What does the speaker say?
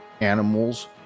animals